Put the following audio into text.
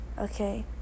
okay